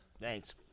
Thanks